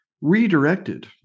redirected